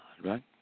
right